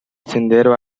sendero